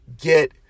get